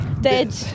dead